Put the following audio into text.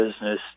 business